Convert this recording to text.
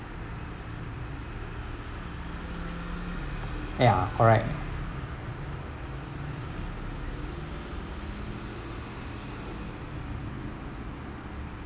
ya correct